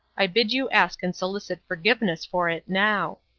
i bid you ask and solicit forgiveness for it now.